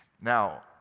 Now